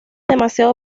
demasiado